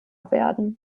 werden